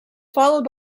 followed